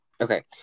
Okay